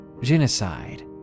genocide